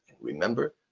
Remember